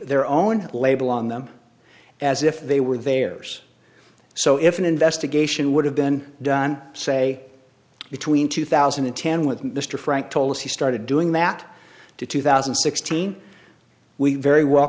their own label on them as if they were there so if an investigation would have been done say between two thousand and ten with mr frank told us he started doing that to two thousand and sixteen we very well